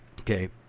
okay